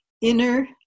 inner